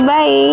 Bye